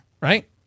Right